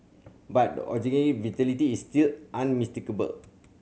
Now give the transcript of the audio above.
but the vitality is still unmistakable